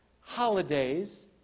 holidays